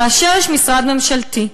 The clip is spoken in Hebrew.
כאשר יש משרד ממשלתי,